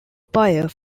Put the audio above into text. buyer